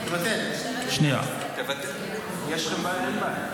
יש לכם בעיה?